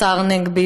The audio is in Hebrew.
השר הנגבי,